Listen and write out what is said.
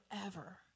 forever